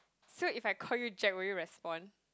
so if I called you Jack would you respond